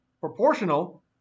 proportional